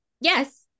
yes